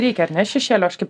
reikia ar ne šešėlio aš kaip